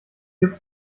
gibt